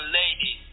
lady